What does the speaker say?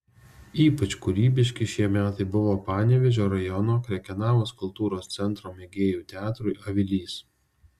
ypač kūrybiški šie metai buvo panevėžio rajono krekenavos kultūros centro mėgėjų teatrui avilys